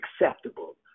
acceptable